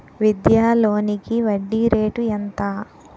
విద్యా లోనికి వడ్డీ రేటు ఎంత?